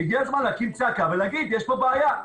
הגיע הזמן להקים צעקה ולהגיד שיש פה בעיה,